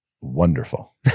wonderful